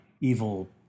evil